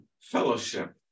fellowship